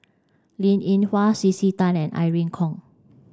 Linn In Hua C C Tan and Irene Khong